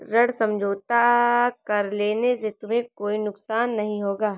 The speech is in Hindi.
ऋण समझौता कर लेने से तुम्हें कोई नुकसान नहीं होगा